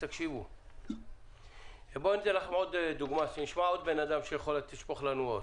אתן לכם עוד דוגמה ונשמע עוד בן אדם שיכול לשפוך לנו אור